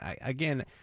again